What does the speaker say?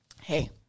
hey